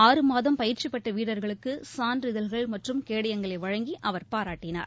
ஆறு மாதம் பயிற்சி பெற்ற வீரர்களுக்கு சான்றிதழ்கள் மற்றும் கேடயங்களை வழங்கி அவர் பாராட்டினார்